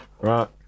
Right